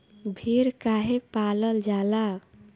भेड़ काहे पालल जाला?